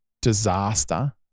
disaster